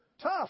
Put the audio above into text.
tough